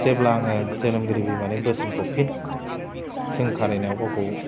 जेब्ला आङो जोनोमगिरि बिमानि बोसोनखौ फिन सोंखारिनायाव गावखौ